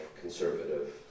conservative